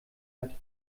hat